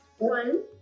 One